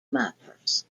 matters